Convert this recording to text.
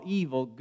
evil